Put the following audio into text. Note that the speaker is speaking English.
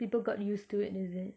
people got used to it is it